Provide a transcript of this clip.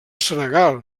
senegal